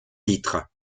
titre